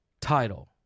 title